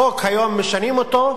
היום משנים את החוק.